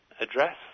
address